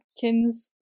Kin's